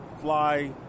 Fly